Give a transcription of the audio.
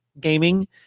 gaming